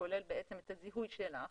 שכולל בעצם את הזיהוי שלך